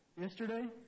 yesterday